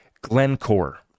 Glencore